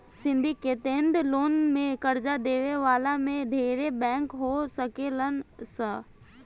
syndicated loan में कर्जा देवे वाला में ढेरे बैंक हो सकेलन सा